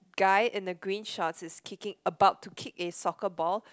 guy in the green shorts is kicking about to kick his soccer ball